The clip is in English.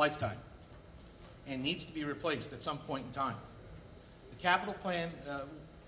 life time and needs to be replaced at some point in time the capital plant a